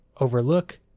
overlook